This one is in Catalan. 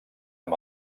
amb